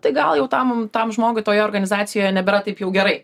tai gal jau tam tam žmogui toje organizacijoje nebėra taip jau gerai